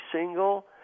single